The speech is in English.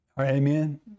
Amen